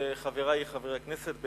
חברי חברי הכנסת,